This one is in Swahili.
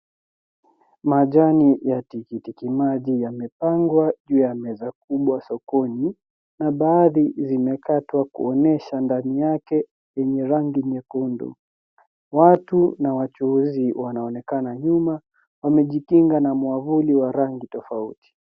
Majani ya tikitimaji yamepangwa juu ya meza kubwa sokoni na baadhi zimekatwa kuonyesha ndani yake yenye rangi nyekundu. Watu na wachuuzi wanaonekana nyuma, wamejikinga na mwavuli wa rangi tofauti.